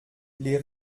les